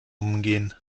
umgehen